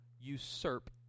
usurp